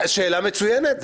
שאלה מצוינת.